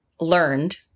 learned